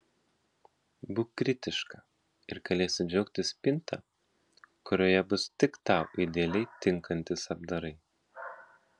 būk kritiška ir galėsi džiaugtis spinta kurioje bus tik tau idealiai tinkantys apdarai